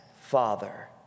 father